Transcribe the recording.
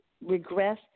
regress